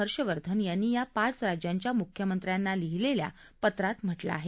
हर्षवर्धन यांनी या पाच राज्यांच्या मुख्यमंत्र्यांना लिहिलेल्या पत्रात म्हटलं आहे